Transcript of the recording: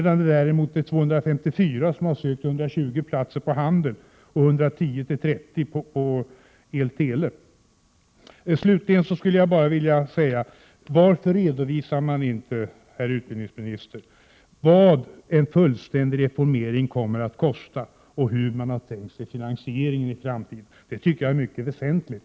Däremot har 254 sökt till 120 platser på handelslinjen och 110 till 30 platser på el-tele-linjen. Slutligen skulle jag vilja fråga: Varför redovisar man inte, herr utbildningsminister, vad en fullständig reformering kommer att kosta och hur man har tänkt sig finansieringen i framtiden? Det tycker jag är mycket väsentligt.